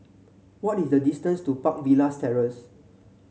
what is the distance to Park Villas Terrace